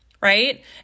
Right